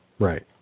Right